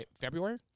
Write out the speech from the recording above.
February